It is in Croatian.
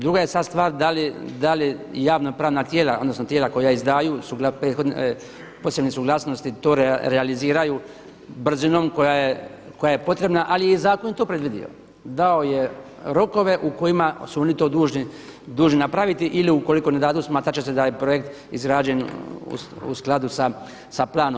Druga je sad stvar da li javno pravna tijela odnosno tijela koja izdaju su bila posebne suglasnosti to realiziraju brzinom koja je potrebna ali je zakon i to predvidio, dao je rokove u kojima su oni to dužni napraviti ili ukoliko ne dadu smatrat će se da je projekt izrađen u skladu sa pravnom.